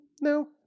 No